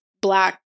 black